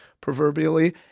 proverbially